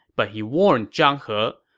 but he warned zhang he,